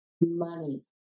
money